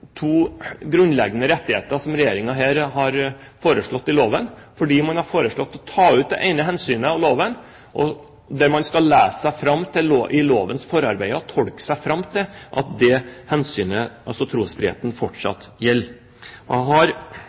to grunnleggende rettigheter som Regjeringen her har foreslått i loven, fordi man har foreslått å ta ut det ene hensynet av loven, der man må lese seg fram i lovens forarbeider og tolke seg fram til at trosfriheten fortsatt gjelder. Jeg har